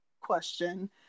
question